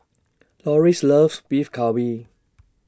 Lorries loves Beef Galbi